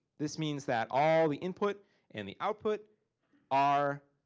this means that all the input and the output are.